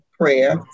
prayer